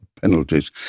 penalties